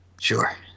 Sure